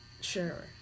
Sure